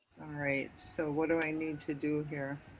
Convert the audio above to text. so what do i need to do here?